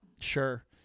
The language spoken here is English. sure